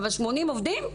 אבל 80 עובדים?